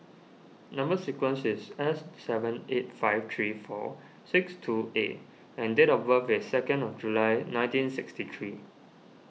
Number Sequence is S seven eight five three four six two A and date of birth is second of July nineteen sixty three